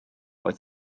oedd